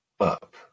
up